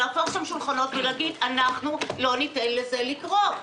להפוך שם שולחנות ולהגיד: אנחנו לא ניתן לזה לקרות.